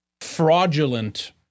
fraudulent